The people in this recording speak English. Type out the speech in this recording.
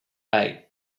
eight